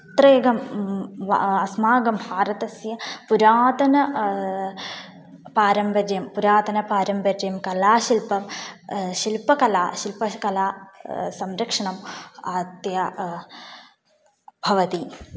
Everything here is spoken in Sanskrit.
अत्र एक अस्माकं भारतस्य पुरातनं पारम्पर्यं पुरातनपारम्पर्यं कलाशिल्पं शिल्पकला शिल्पकला संरक्षणम् अत्यन्तं भवति